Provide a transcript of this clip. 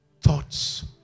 thoughts